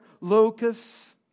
locusts